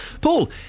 Paul